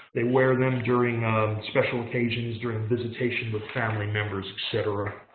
they wear them during um special occasions, during visitation with family members, et cetera.